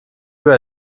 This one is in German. über